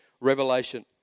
revelation